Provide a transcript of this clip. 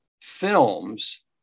films